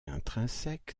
intrinsèque